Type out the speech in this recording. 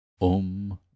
OM